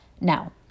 now